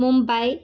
Mumbai